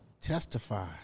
Testify